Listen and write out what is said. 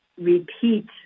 repeat